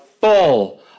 full